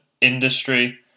industry